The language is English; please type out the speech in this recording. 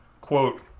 Quote